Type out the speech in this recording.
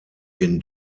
den